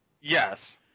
Yes